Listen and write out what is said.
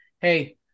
Hey